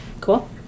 Cool